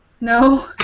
No